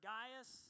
Gaius